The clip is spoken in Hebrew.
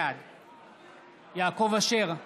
בעד יעקב אשר,